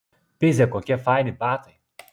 pizė kokie faini batai